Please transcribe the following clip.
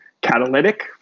catalytic